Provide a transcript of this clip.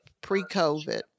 pre-COVID